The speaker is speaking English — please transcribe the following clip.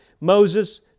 Moses